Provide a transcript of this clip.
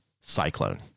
cyclone